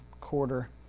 quarter